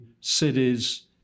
cities